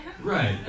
Right